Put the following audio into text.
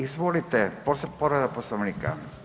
Izvolite, povreda Poslovnika.